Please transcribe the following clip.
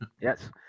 Yes